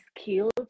skills